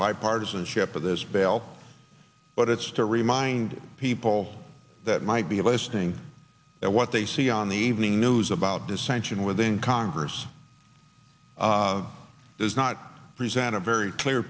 bipartisanship of this bail but it's to remind people that might be listening that what they see on the evening news about dissension within congress does not present a very clear